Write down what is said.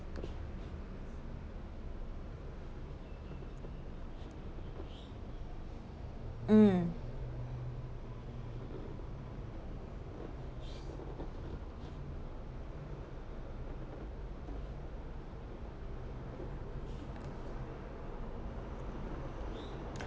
um